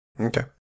Okay